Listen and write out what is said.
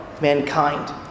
mankind